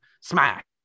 smack